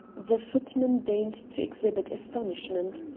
the footman deigned to exhibit astonishment.